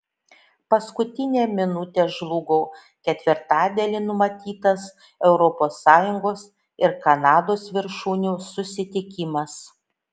paskutinę minutę žlugo ketvirtadienį numatytas europos sąjungos ir kanados viršūnių susitikimas